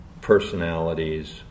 personalities